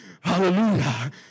Hallelujah